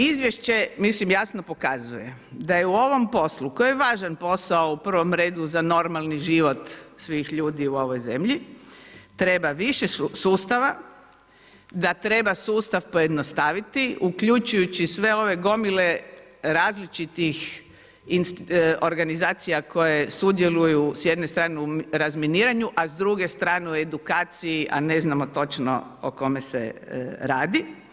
Izvješće, mislim jasno pokazuje, da je u ovom poslu, koji je važan posao, u prvom redu, za normalni život svih ljudi u ovoj zemlji, treba više sustava, da treba sustav pojednostaviti, uključujući sve ove gomile različitih organizacija, koje sudjeluju s jedne strane u razminiranju, a s druge strane u edukaciji, a ne znamo točno o kome se radi.